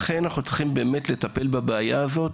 לכן אנחנו צריכים לטפל בבעיה הזו,